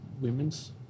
Women's